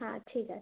হ্যাঁ ঠিক আছে